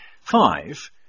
Five